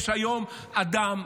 יש היום אדם,